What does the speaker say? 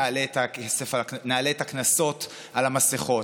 נעלה את הקנסות על המסכות,